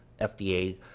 FDA